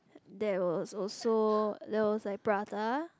there was also there was like prata